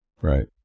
Right